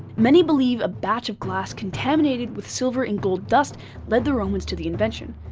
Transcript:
many believe a batch of glass contaminated with silver and gold dust led the romans to the invention.